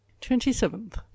twenty-seventh